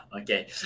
Okay